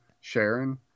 Sharon